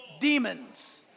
Demons